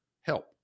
help